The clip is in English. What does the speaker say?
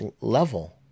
level